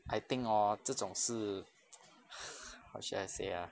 I think hor 这种是 how should I say ah